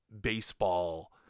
baseball